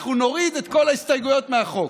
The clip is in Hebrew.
אנחנו נוריד את כל ההסתייגויות מהחוק.